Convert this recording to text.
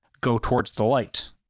go-towards-the-light